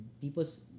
people's